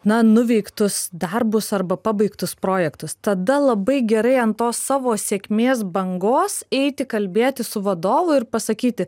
na nuveiktus darbus arba pabaigtus projektus tada labai gerai ant to savo sėkmės bangos eiti kalbėti su vadovu ir pasakyti